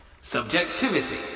Subjectivity